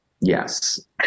Yes